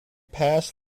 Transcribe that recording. pass